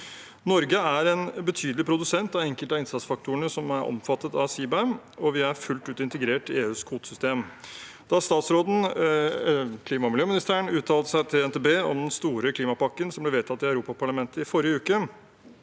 Norge er en betydelig produsent av enkelte av innsatsfaktorene som er omfattet av CBAM, og vi er fullt ut integrert i EUs kvotesystem. Da klima- og miljøministeren uttalte seg til NTB om den store klimapakken som ble vedtatt i Europaparlamentet forrige uke,